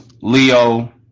Leo